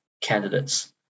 candidates